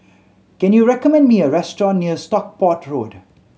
can you recommend me a restaurant near Stockport Road